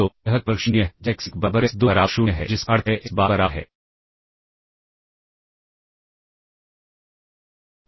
तो यह केवल 0 है जब एक्स1 बराबर एक्स2 बराबर 0 है जिसका अर्थ है एक्स बार बराबर है